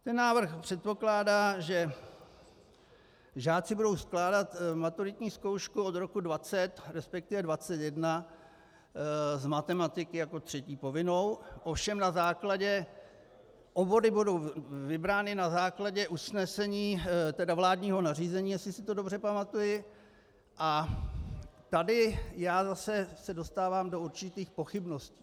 Ten návrh předpokládá, že žáci budou skládat maturitní zkoušku od roku 2020, resp. 2021 z matematiky jako třetí povinnou, ovšem na základě obory budou vybrány na základě usnesení, tedy vládního nařízení, jestli si to dobře pamatuji, a tady já zase se dostávám do určitých pochybností.